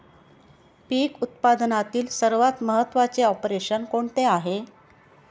पीक उत्पादनातील सर्वात महत्त्वाचे ऑपरेशन कोणते आहे?